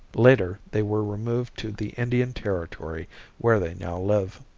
later they were removed to the indian territory where they now live.